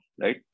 right